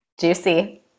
Juicy